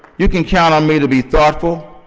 you can count on me to be thoughtful,